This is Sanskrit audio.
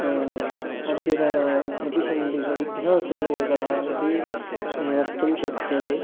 अद्यतन प्रतिसन्धिषु विघ्नासु एकः इति वक्तुं शक्यते